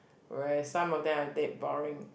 where some of them are dead boring